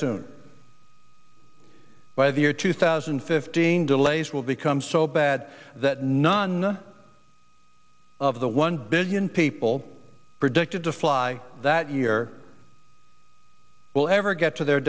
soon by the year two thousand and fifteen delays will become so bad that none of the one billion people predicted to fly that year will ever get to their